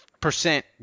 percent